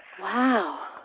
Wow